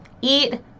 eat